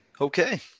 Okay